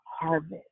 harvest